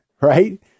right